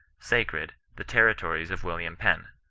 sacred, the territories of william penn